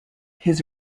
his